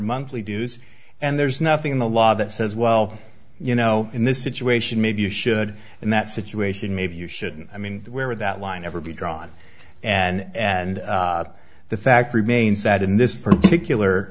monthly dues and there's nothing in the law that says well you know in this situation maybe you should in that situation maybe you shouldn't i mean where would that line ever be drawn and the fact remains that in this particular